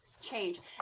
change